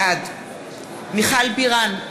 בעד מיכל בירן,